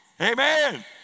Amen